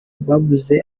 babuze